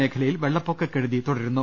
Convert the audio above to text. മേഖലയിൽ വെള്ളപ്പൊക്ക കെടുതി തുടരുന്നു